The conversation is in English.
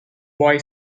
boy